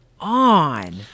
on